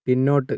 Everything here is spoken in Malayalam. പിന്നോട്ട്